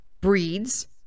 breeds